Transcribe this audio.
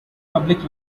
public